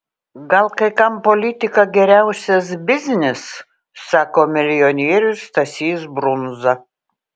gal kai kam politika geriausias biznis sako milijonierius stasys brundza